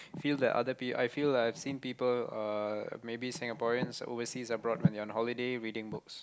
feel that other peo~ I feel I have seen people uh maybe Singaporeans overseas abroad when they are on holiday reading books